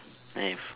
I have